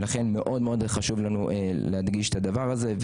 לכן מאוד חשוב לנו להדגיש את הדבר הזה.